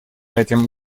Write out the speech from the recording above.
этим